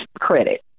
credit